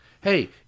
Hey